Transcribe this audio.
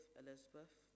elizabeth